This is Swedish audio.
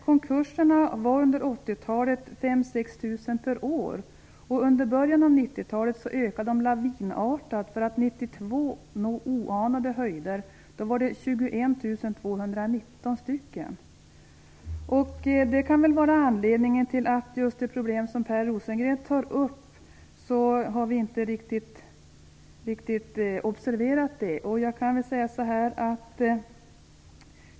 Konkurserna var under 80-talet mellan 5000 och 6000 per år, och under början av 90 talet ökade de lavinartat i antal, för att 1992 nå oanade höjder - då ägde 21 219 stycken konkurser rum. Det kan väl vara anledningen till att vi inte riktigt har observerat det problem som Per Rosengren tog upp.